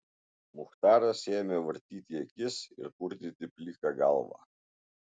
muchtaras ėmė vartyti akis ir purtyti pliką galvą